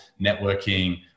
networking